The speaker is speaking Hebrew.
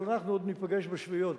אבל אנחנו עוד ניפגש בשביעיות,